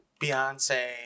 Beyonce